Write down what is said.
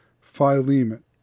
Philemon